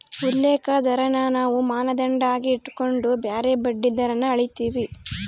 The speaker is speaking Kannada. ಉಲ್ಲೇಖ ದರಾನ ನಾವು ಮಾನದಂಡ ಆಗಿ ಇಟಗಂಡು ಬ್ಯಾರೆ ಬಡ್ಡಿ ದರಾನ ಅಳೀತೀವಿ